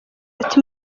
ati